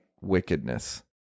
wickedness